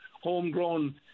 homegrown